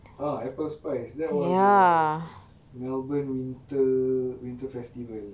ah apple spice that was the melbourne winter winter festival